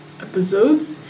episodes